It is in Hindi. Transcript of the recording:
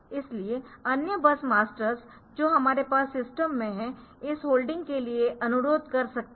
इसलिए अन्य बस मास्टर्स जो हमारे पास सिस्टम में है इस होल्डिंग के लिए अनुरोध कर सकते है